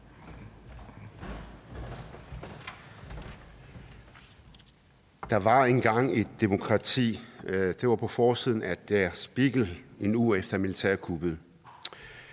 Der var engang et demokrati. Det stod der på forsiden af Der Spiegel en uge efter militærkuppet.